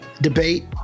debate